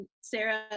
Sarah